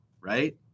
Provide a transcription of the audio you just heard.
right